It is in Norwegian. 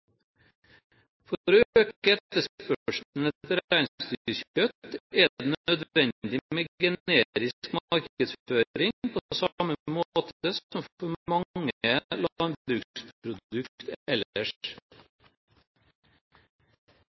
For å øke etterspørselen etter reinsdyrkjøtt er det nødvendig med generisk markedsføring på samme måte som for mange